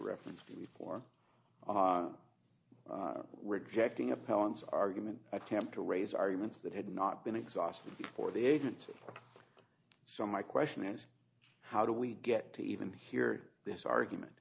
referenced before rejecting appellants argument attempt to raise arguments that had not been exhausted before the agency so my question is how do we get to even hear this argument